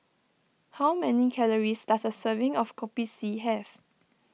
how many calories does a serving of Kopi C have